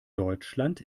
deutschland